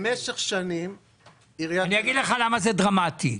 אני אסביר לך למה זה דרמטי,